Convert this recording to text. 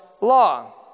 law